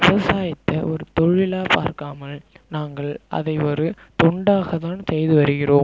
விவசாயத்தை ஒரு தொழிலாக பார்க்காமல் நாங்கள் அதை ஒரு தொண்டாக தான் செய்து வருகிறோம்